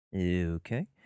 Okay